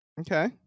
Okay